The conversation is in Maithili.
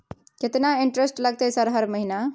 केतना इंटेरेस्ट लगतै सर हर महीना?